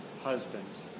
husband